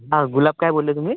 हां गुलाब काय बोलले तुम्ही